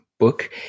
book